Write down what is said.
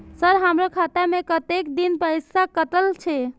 Sir हमारो खाता में कतेक दिन पैसा कटल छे?